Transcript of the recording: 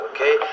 Okay